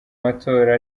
matora